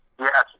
Yes